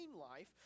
life